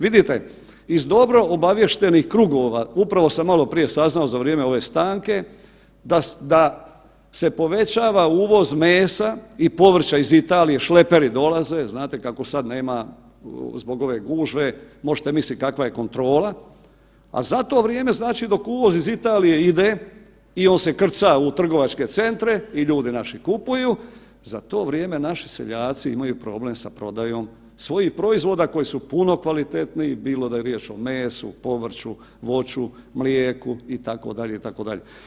Vidite, iz dobro obaviještenih krugova, upravo sam maloprije saznao za vrijeme ove stanke, da da se povećava uvoz mesa i povrća iz Italije, šleperi dolaze, znate kako sad nema zbog ove gužve, možete mislit kakva je kontrola, a za to vrijeme znači dok uvoz iz Italije ide i on se krca u trgovačke centre i ljudi naši kupuju, za to vrijeme naši seljaci imaju problem sa prodajom svojih proizvoda koji su puno kvalitetniji, bilo da je riječ o mesu, povrću, voću, mlijeku itd. itd.